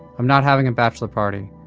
i'm not having a bachelor party,